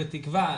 בתקווה,